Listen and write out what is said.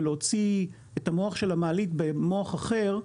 ולהוציא את המוח של המעלית במוח אחר,